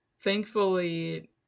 Thankfully